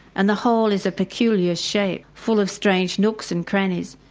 and the whole is a peculiar shape full of strange nooks and crannies.